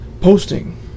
posting